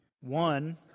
One